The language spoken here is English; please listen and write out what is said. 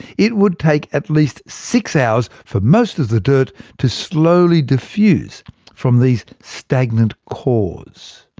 it would take at least six hours for most of the dirt to slowly diffuse from these stagnant cores.